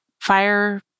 fire